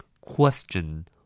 Question